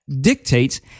dictates